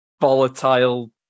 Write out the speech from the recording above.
volatile